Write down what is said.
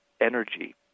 energy